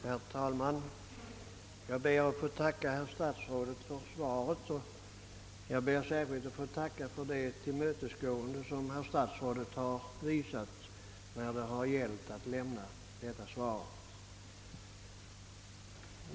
Herr talman! Jag ber att få tacka herr statsrådet för svaret på min interpellation, och särskilt ber jag att få tacka för det tillmötesgående som herr statsrådet har visat när det har gällt att lämna detta svar.